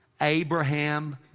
Abraham